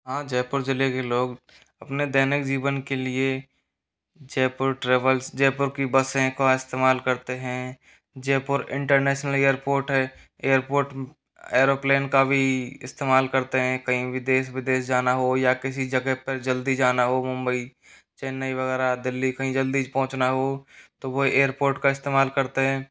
हाँ जयपुर ज़िले के लोग अपने दैनिक जीवन के लिए जयपुर ट्रेवल्स जयपुर की बसें का इस्तेमाल करते हैं जयपुर इंटरनेसनल एयरपोर्ट है एयरपोर्ट ऐरोप्लेन का भी इस्तेमाल करते हैं कहीं विदेश विदेश जाना हो या किसी जगह पर जल्दी जाना हो मुंबई चेन्नई वगैरा दिल्ली कहीं जल्दी पहुँचना हो तो वो एयरपोर्ट का इस्तेमाल करते हैं